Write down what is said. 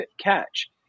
catch